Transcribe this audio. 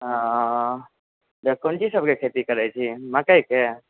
हँ जे कोन चीज़ सब के खेती करै छी मकइ के